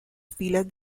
filas